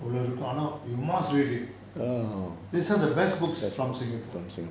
இவ்வளவு இருக்கும் ஆனா:ivvalavu irukkum aana you must read it these are the best books from singapore